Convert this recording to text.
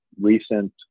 recent